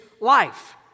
life